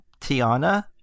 Tiana